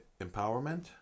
Empowerment